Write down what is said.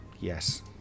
yes